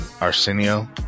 Arsenio